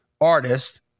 artist